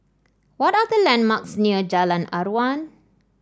what are the landmarks near Jalan Aruan